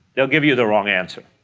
they'll give you the wrong answer.